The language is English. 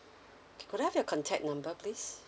could I have your contact number please